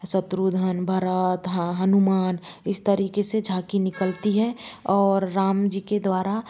शत्रुघ्न भरत हनुमान इस तरीके से झांकी निकलती है और राम जी के द्वारा